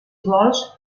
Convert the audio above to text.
vols